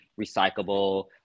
recyclable